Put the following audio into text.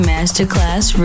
Masterclass